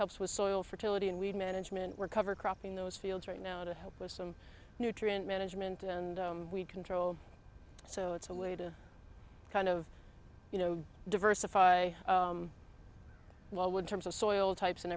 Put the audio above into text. helps with soil fertility and weed management recover crop in those fields right now to help with some nutrient management and control so it's a way to kind of you know diversify well wood terms of soil types and